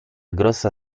grossa